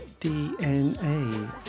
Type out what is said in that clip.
DNA